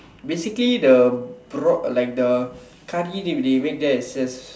basically the broth like the curry they they make there is just